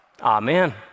amen